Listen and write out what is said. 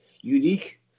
unique